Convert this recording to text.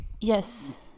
Yes